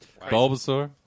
Bulbasaur